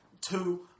two